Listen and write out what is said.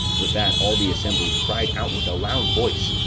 with that all the assembly cried out with a loud voice,